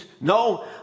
No